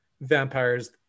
vampires